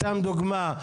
סתם דוגמה,